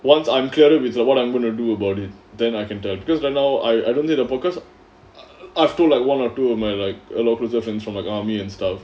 once I'm clearer with what I'm gonna do about it then I can tell because right now I I don't need to focus I told like one or two of my like a lot closer friends from like army and stuff